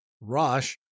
Rosh